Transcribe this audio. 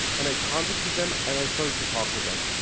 and i contacted them, and i started to talk with them.